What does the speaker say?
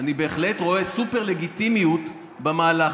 אני בהחלט רואה סופר-לגיטימיות במהלך